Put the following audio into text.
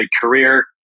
career